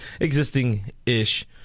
Existing-ish